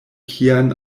kian